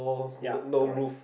ya correct